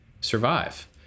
survive